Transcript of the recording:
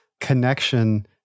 connection